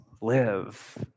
live